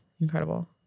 Incredible